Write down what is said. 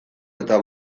eta